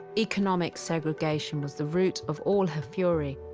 economic segregation was the root of all her fury,